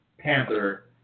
Panther